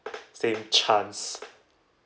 same chance